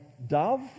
dove